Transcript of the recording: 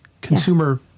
consumer